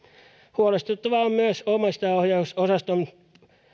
huolestuttavaa on myös omistajaohjausosaston